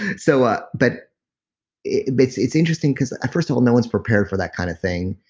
and so ah but it's it's interesting because first of all, no one's prepared for that kind of thing.